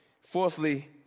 Fourthly